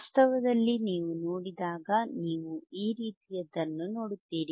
ವಾಸ್ತವದಲ್ಲಿ ನೀವು ನೋಡಿದಾಗ ನೀವು ಈ ರೀತಿಯದ್ದನ್ನು ನೋಡುತ್ತೀರಿ